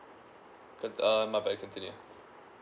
could uh my bad you continue